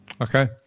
Okay